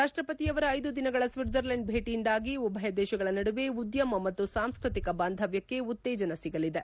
ರಾಷ್ಷಪತಿಯವರ ಐದು ದಿನಗಳ ಸ್ವಿಡ್ಲರ್ಲೆಂಡ್ ಭೇಟಿಯಿಂದಾಗಿ ಉಭಯ ದೇಶಗಳ ನಡುವೆ ಉದ್ದಮ ಮತ್ತು ಸಾಂಸ್ಪತಿಕ ಬಾಂಧವ್ಚಕ್ಕೆ ಉತ್ತೇಜನವಾಗಲಿದೆ